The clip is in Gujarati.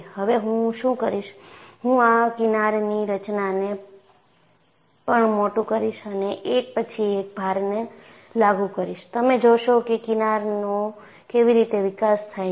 હવે હું શું કરીશ હું આ કિનારની રચનાને પણ મોટું કરીશ અને એક પછી એક ભારને લાગુ કરીશ તમે જોશો કે કિનારનો કેવી રીતે વિકાસ થાય છે